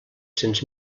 cents